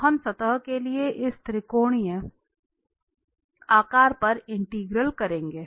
तो हम सतह के लिए इस त्रिकोणीय आकार पर इंटीग्रल करेंगे